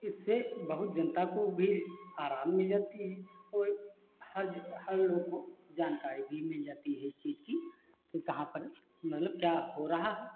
इससे बहुत जनता को भी आराम मिल जाती है ओ एक हर हर रूपों जानकारी भी मिल जाती है इस चीज़ की कि कहाँ पर मतलब क्या हो रहा है